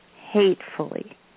hatefully